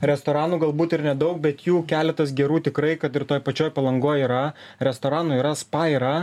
restoranų galbūt ir nedaug bet jų keletas gerų tikrai kad ir toj pačioj palangoj yra restoranų yra spa yra